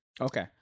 Okay